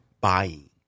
buying